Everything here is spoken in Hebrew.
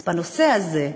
אז בנושא הזה,